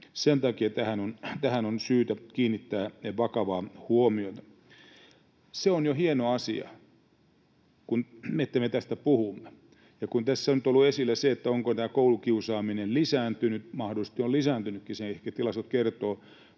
Sen takia tähän on syytä kiinnittää vakavaa huomiota. Se on jo hieno asia, että me tästä puhumme, ja kun tässä on tullut esille se, onko tämä koulukiusaaminen lisääntynyt — mahdollisesti on lisääntynytkin, sen ehkä tilastot kertovat